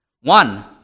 One